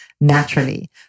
naturally